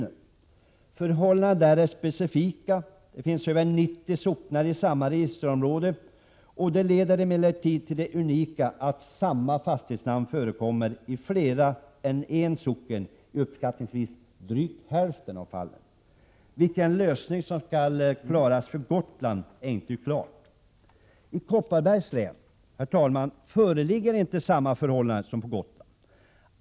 De unika förhållandena där — det finns över 90 socknar i samma registerområde — leder till att samma fastighetsnamn förekommer i mer än en socken i uppskattningsvis drygt hälften av fallen. Vilken lösning som skall sökas för Gotland är ännu inte klart. I Kopparbergs län föreligger inte samma förhållanden som på Gotland.